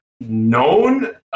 known